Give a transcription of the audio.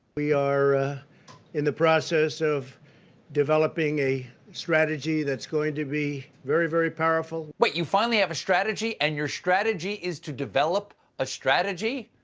we are in the process of developing a strategy that is going to be very, very powerful. stephen wait, you finally have a strategy and your strategy is to develop a strategy?